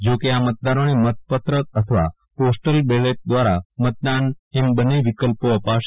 જો કે આ મતદારોને મતપત્ર અથવા પોસ્ટલ બેલેટ દ્રારા મતદાન એમ બંન્ને વિકલ્પો અપાશે